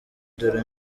dore